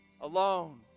alone